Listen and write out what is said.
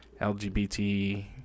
LGBT